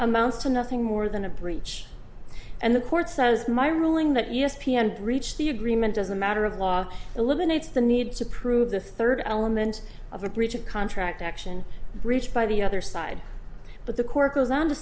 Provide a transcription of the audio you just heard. amounts to nothing more than a breach and the court says my ruling that u s p s breach the agreement does a matter of law eliminates the need to prove the third element of a breach of contract action breach by the other side but the court goes on